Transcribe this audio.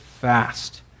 fast